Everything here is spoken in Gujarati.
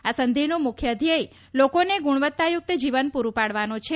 આ સંધીનું મુખ્ય ધ્યેય લોકોને ગુણવત્તાયુક્ત જીવન પુરૂ પાડવાનો છે